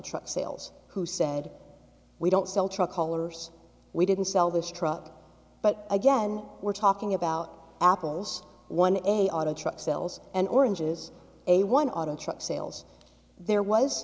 truck sales who said we don't sell truck haulers we didn't sell this truck but again we're talking about apples one a auto truck sells and oranges a one auto truck sales there was